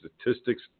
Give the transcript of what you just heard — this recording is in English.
statistics